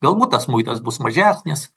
galbūt tas muitas bus mažesnis